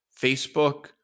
Facebook